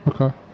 Okay